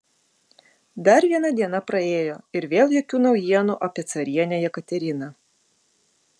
dar viena diena praėjo ir vėl jokių naujienų apie carienę jekateriną